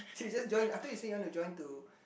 so you just join I thought you say you want to join to